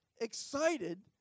excited